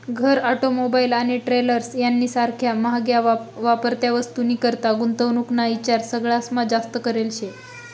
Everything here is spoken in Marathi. घर, ऑटोमोबाईल आणि ट्रेलर्स यानी सारख्या म्हाग्या वापरत्या वस्तूनीकरता गुंतवणूक ना ईचार सगळास्मा जास्त करेल शे